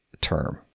term